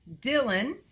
Dylan